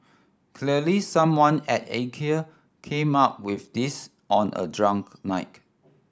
clearly someone at Ikea came up with this on a drunk night